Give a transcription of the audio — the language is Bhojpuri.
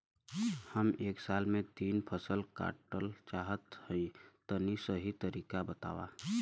हम एक साल में तीन फसल काटल चाहत हइं तनि सही तरीका बतावा?